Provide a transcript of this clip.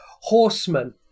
horsemen